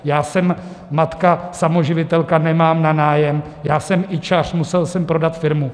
Já jsem matka samoživitelka, nemám na nájem, já jsem ičař, musel jsem prodat firmu.